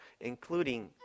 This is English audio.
including